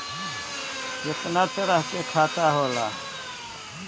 केतना तरह के खाता होला?